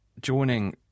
Joining